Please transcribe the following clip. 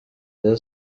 rayon